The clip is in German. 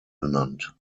benannt